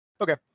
Okay